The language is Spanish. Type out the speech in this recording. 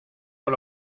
por